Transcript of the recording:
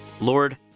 Lord